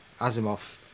Asimov